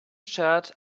shirt